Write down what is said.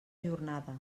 jornada